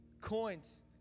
coins